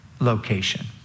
location